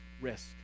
risk